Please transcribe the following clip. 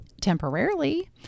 temporarily